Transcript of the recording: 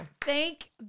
Thank